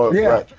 yeah.